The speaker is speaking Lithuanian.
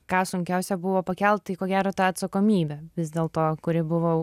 ką sunkiausia buvo pakelt tai ko gero tą atsakomybę vis dėlto kuri buvo